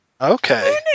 Okay